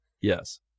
yes